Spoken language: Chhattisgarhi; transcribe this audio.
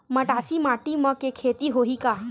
मटासी माटी म के खेती होही का?